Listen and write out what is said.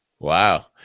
Wow